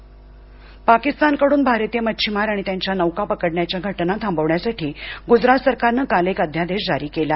अध्यादेश पल पाकिस्तानकडून भारतीय मच्छिमार आणि त्यांच्या नौका पकडण्याच्या घटना थांबवण्यासाठी गुजरात सरकार नं काल एक अध्यादेश जारी केला